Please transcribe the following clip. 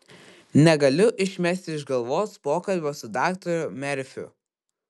negaliu išmesti iš galvos pokalbio su daktaru merfiu